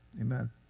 amen